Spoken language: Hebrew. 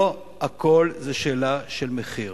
לא הכול זה שאלה של מחיר.